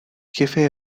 jefe